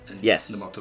Yes